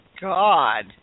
God